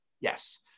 Yes